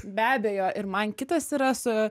be abejo ir man kitas yra su